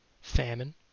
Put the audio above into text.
famine